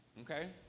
Okay